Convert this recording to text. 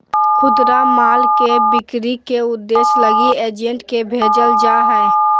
खुदरा माल के बिक्री के उद्देश्य लगी एजेंट के भेजल जा हइ